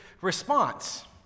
response